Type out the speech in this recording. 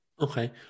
Okay